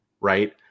right